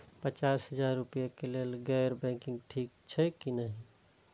पचास हजार रुपए के लेल गैर बैंकिंग ठिक छै कि नहिं?